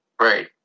Right